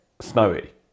snowy